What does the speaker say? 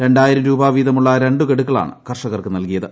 രണ്ടായിരം രൂപ വീതമുള്ളൂർരണ്ട് ഗഡുക്കളാണ് കർഷകർക്ക് നൽകിയത്